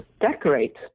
decorate